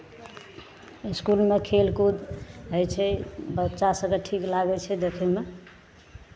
इसकुलमे खेल कूद होइ छै बच्चा सभकेँ ठीक लागै छै देखयमे